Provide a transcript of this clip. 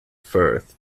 firth